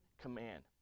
command